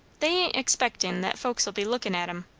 they ain't expectin' that folks'll be lookin' at em.